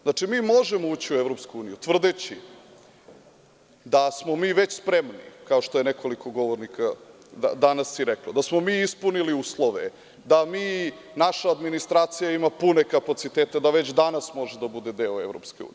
Znači, mi možemo uđi u EU tvrdeći da smo mi već spremni kao što je nekoliko govornika danas i reklo, da smo mi ispunili uslove, da naša administracija ima pune kapacitet, da već danas može da bude deo EU.